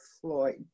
Floyd